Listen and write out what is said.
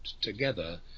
together